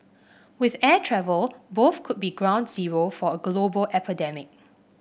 with air travel both could be ground zero for a global epidemic